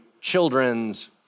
children's